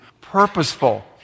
purposeful